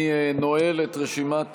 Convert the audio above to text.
אני נועל את רשימת הדוברים.